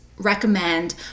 recommend